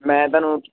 ਮੈਂ ਤੁਹਾਨੂੰ